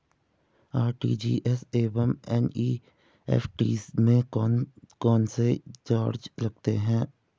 RTGS एवं NEFT में कौन कौनसे चार्ज लगते हैं?